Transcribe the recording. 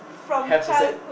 have a set